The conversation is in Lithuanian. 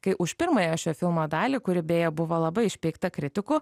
kai už pirmąją šio filmo dalį kuri beje buvo labai išpeikta kritikų